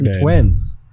twins